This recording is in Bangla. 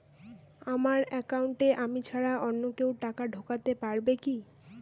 আমার একাউন্টে আমি ছাড়া অন্য কেউ টাকা ঢোকাতে পারবে কি?